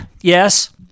yes